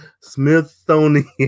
Smithsonian